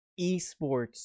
esports